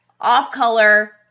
off-color